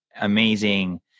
amazing